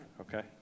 Okay